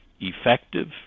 effective